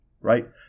right